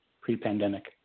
pre-pandemic